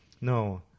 No